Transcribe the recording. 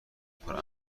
کنم